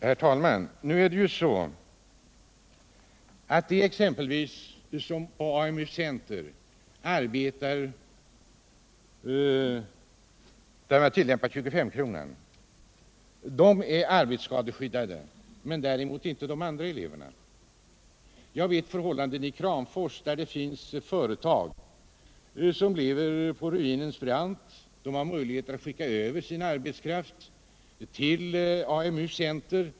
Herr talman! De som studerar på AMU-center under tillämpning av 25 kronan är arbetsskadeskyddade, däremot inte de andra eleverna. I Kramfors finns exempel på företag som nu står på ruinens brant och haft möjlighet att skicka sin arbetskraft till AMU-center.